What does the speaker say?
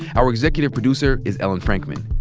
our executive producer is ellen frankman.